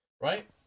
Right